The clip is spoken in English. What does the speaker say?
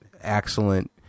excellent